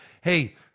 hey